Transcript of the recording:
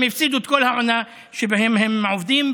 הם הפסידו את כל העונה שבה הם עובדים,